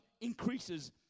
increases